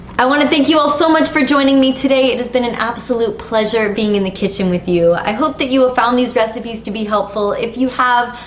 i want to thank you all so much for joining me today. it has been an absolute pleasure being in the kitchen with you. i hope that you have found these recipes to be helpful. if you have,